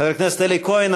חבר הכנסת אלי כהן,